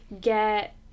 get